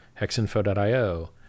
hexinfo.io